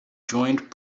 joined